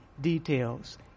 details